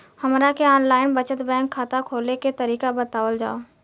हमरा के online बचत बैंक खाता खोले के तरीका बतावल जाव?